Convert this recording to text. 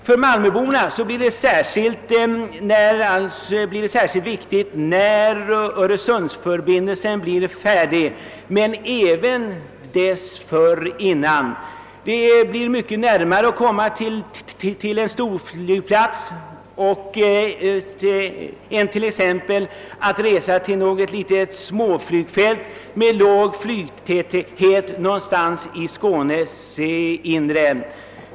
För malmöborna blir storflygplatsen särskilt viktig när Ööresundsförbindelsen blir färdig men även dessförinnan. Det blir mycket närmare för dem att resa till denna storflygplats än att t.ex. resa till något litet flygfält med låg flygtäthet någonstans i Skånes inre.